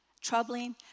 troubling